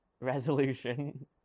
resolution